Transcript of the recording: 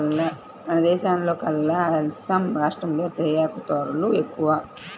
మన దేశంలోకెల్లా అస్సాం రాష్టంలో తేయాకు తోటలు ఎక్కువ